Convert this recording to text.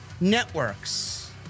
networks